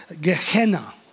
Gehenna